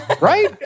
Right